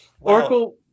Oracle